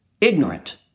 ignorant